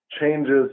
changes